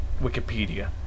Wikipedia